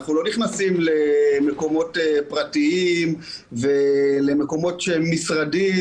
אנחנו לא נכנסים למקומות פרטיים או למשרדים.